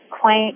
quaint